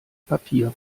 papier